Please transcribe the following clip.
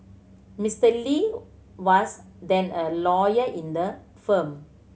Mister Lee was then a lawyer in the firm